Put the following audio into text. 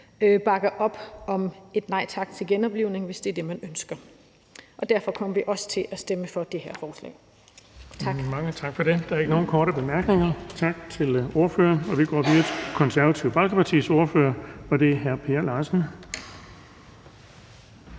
bakker op om et nej tak til genoplivning, hvis det er det, man ønsker. Derfor kommer vi også til at stemme for det her forslag. Tak. Kl. 16:49 Den fg. formand (Erling Bonnesen): Mange tak for det. Der er ikke nogen korte bemærkninger. Tak til ordføreren. Vi går videre til Det Konservative Folkepartis ordfører, og det er hr. Per Larsen.